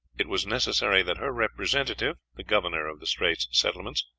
it was necessary that her representative, the governor of the straits settlements,